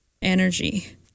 energy